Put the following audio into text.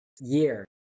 year